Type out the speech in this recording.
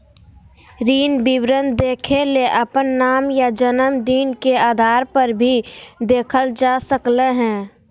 ऋण विवरण देखेले अपन नाम या जनम दिन के आधारपर भी देखल जा सकलय हें